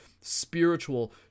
spiritual